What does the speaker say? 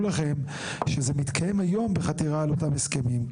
לכם שזה מתקיים היום בחתימה על אותם הסכמים.